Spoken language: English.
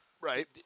Right